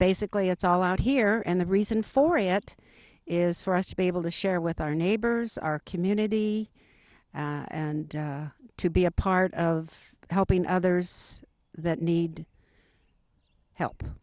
basically it's all out here and the reason for it is for us to be able to share with our neighbors our community and to be a part of helping others that need help